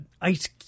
Ice